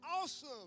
awesome